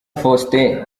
faustin